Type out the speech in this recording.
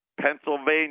Pennsylvania